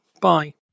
Bye